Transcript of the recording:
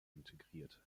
integriert